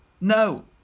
no